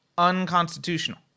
unconstitutional